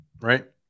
Right